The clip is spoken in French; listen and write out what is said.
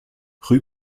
rue